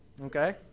Okay